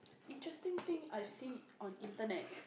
interesting thing I've seen on internet